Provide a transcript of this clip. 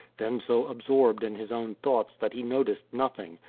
then so absorbed in his own thoughts that he noticed nothing,